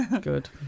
good